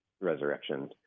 resurrection